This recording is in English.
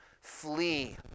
Flee